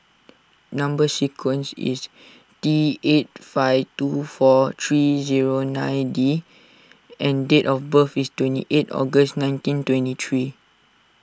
Number Sequence is T eight five two four three zero nine D and date of birth is twenty eight August nineteen twenty three